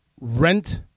rent